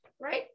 right